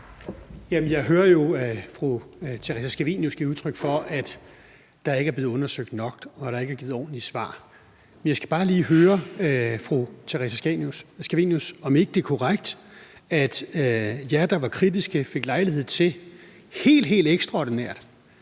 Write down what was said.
udtryk for, at der ikke er blevet undersøgt nok, og at der ikke givet ordentlige svar. Jeg skal bare lige høre fru Theresa Scavenius, om ikke det er korrekt, at I, der var kritiske, fik lejlighed til helt, helt ekstraordinært